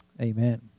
Amen